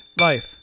life